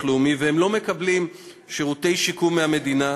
לאומי והם לא מקבלים שירותי שיקום מהמדינה,